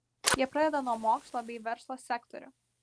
jie pradeda nuo mokslo bei verslo sektorių